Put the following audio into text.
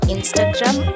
Instagram